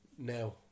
Now